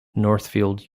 northfield